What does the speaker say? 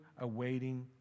awaiting